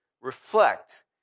reflect